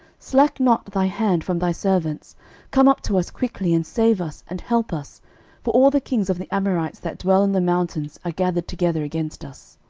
slack not thy hand from thy servants come up to us quickly, and save us, and help us for all the kings of the amorites that dwell in the mountains are gathered together against us.